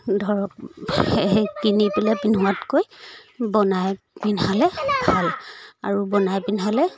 ধৰক সেই কিনি পেলাই পিন্ধোৱাতকৈ বনাই পিন্ধালে ভাল আৰু বনাই পিন্ধালে